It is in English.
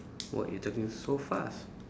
what you talking so fast